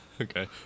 okay